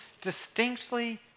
distinctly